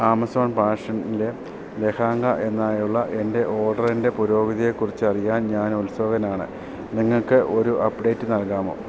Amazon ഫാഷനിലെ ലെഹങ്ക എന്നായുള്ള എൻ്റെ ഓഡറിൻ്റെ പുരോഗതിയെക്കുറിച്ച് അറിയാൻ ഞാൻ ഉത്സുകനാണ് നിങ്ങൾക്ക് ഒരു അപ്ഡേറ്റ് നൽകാമോ